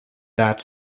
that